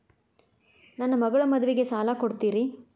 ನನ್ನ ಮಗಳ ಮದುವಿಗೆ ಸಾಲ ಕೊಡ್ತೇರಿ?